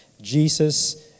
Jesus